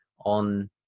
on